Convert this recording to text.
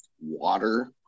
water